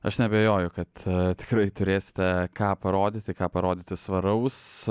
aš neabejoju kad tikrai turėsite ką parodyti ką parodyti svaraus